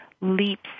leaps